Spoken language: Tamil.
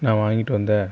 நான் வாங்கிட்டு வந்த